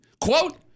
quote